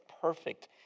perfect